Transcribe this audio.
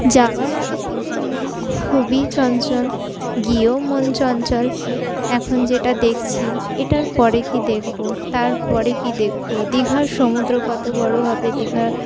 যাওয়ার আগে থেকে মন খুবই চঞ্চল গিয়েও মন চঞ্চল এখন যেটা দেখছি এটার পরে কি দেখবো তারপরে কি দেখবো দীঘার সমুদ্র কত বড়ো হবে দীঘার